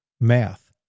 math